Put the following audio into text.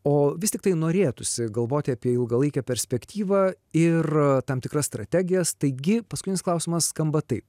o vis tiktai norėtųsi galvoti apie ilgalaikę perspektyvą ir tam tikras strategijas taigi paskutinis klausimas skamba taip